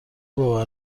باور